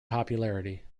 popularity